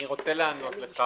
אני רוצה לענות לך,